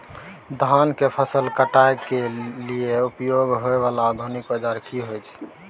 धान के फसल काटय के लिए उपयोग होय वाला आधुनिक औजार की होय छै?